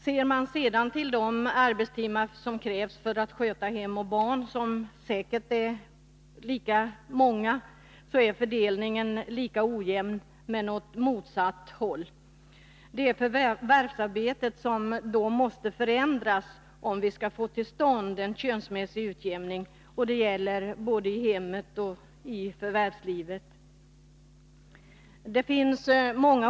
Ser man sedan till de säkert lika många arbetstimmar som krävs för att sköta hem och barn, finner man att fördelningen är lika ojämn där men åt motsatt håll. Det är förvärvsarbetet som måste förändras, om vi skall få till stånd en könsmässig utjämning. Det gäller såväl i hemmet som i förvärvslivet.